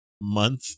month